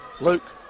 Luke